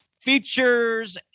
features